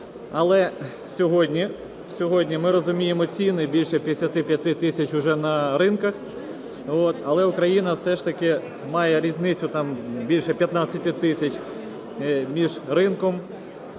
Але сьогодні ми розуміємо ціни більше 55 тисяч уже на ринках, але Україна все ж таки має різницю там більше 15 тисяч між ринком,